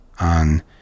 on